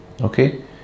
Okay